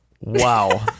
wow